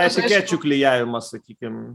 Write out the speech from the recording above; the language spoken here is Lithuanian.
etikečių klijavimą sakykim